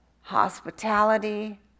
hospitality